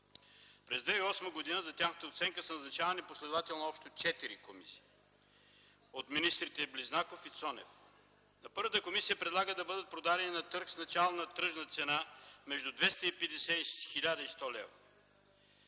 През 2008 г. за тяхната оценка са назначавани последователно общо четири комисии от министрите Близнаков и Цонев. Първата комисия предлага да бъдат продадени на търг с начална тръжна цена между 250 и 1100 лв.